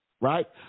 right